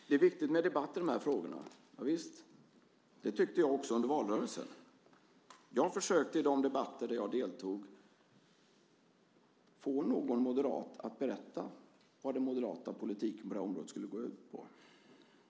Herr talman! Det är viktigt med debatt i de här frågorna. Javisst, det tyckte jag också under valrörelsen. Jag försökte i de debatter där jag deltog få någon moderat att berätta vad den moderata politiken på området skulle gå ut på.